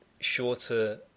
shorter